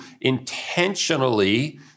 intentionally